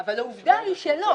אבל העובדה היא שלא,